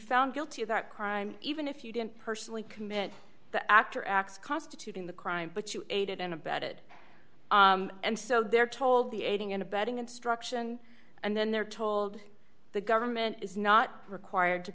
found guilty of that crime even if you didn't personally commit the act or acts constituting the crime but you aided and abetted and so they're told the aiding and abetting instruction and then they're told the government is not required to